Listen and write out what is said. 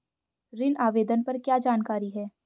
ऋण आवेदन पर क्या जानकारी है?